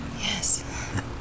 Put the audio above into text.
Yes